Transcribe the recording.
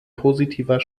positiver